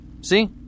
See